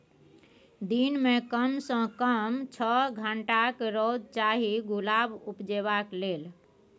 दिन मे कम सँ कम छअ घंटाक रौद चाही गुलाब उपजेबाक लेल